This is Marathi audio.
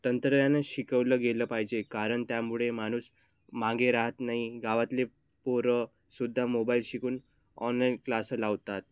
तंत्रज्ञान शिकवलं गेलं पाहिजे कारण त्यामुळे माणूस मागे राहत नाही गावातले पोरंसुद्धा मोबाईल शिकून ऑनलाईन क्लास लावतात